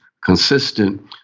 consistent